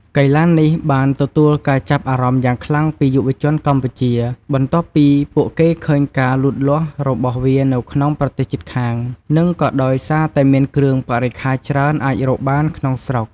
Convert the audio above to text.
កីឡានេះបានទទួលការចាប់អារម្មណ៍យ៉ាងខ្លាំងពីយុវជនកម្ពុជា បន្ទាប់ពីពួកគេឃើញការលូតលាស់របស់វានៅក្នុងប្រទេសជិតខាង និងក៏ដោយសារតែមានគ្រឿងបរិក្ខារច្រើនអាចរកបានក្នុងស្រុក។